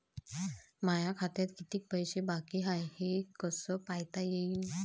माया खात्यात कितीक पैसे बाकी हाय हे कस पायता येईन?